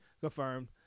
confirmed